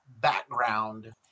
background